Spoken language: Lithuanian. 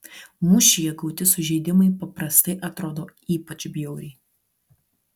mūšyje gauti sužeidimai paprastai atrodo ypač bjauriai